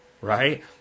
right